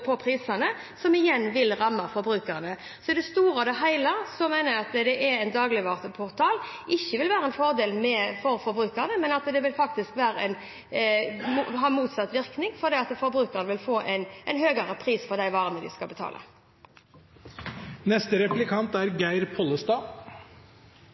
prisene, noe som igjen vil ramme forbrukerne. Så i det store og hele mener jeg at en dagligvareportal ikke vil være en fordel for forbrukerne, men at det faktisk vil ha motsatt virkning, fordi forbrukerne vil måtte betale en høyere pris for varene. Jeg vil følge opp litt videre den parallellen som ble trukket mellom strømportalen og en dagligvareportal. I strømmarkedet er